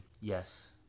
Yes